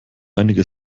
einige